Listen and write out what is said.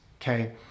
okay